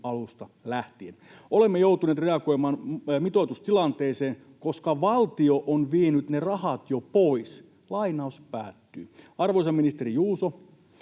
alusta lähtien. Olemme joutuneet reagoimaan mitoitustilanteeseen, koska valtio on vienyt ne rahat jo pois.” Eli, arvoisa ministeri Juuso,